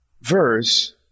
verse